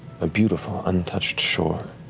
a beautiful, untouched shore